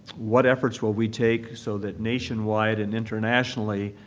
what efforts will we take so that nationwide and internationally,